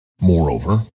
Moreover